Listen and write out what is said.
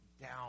down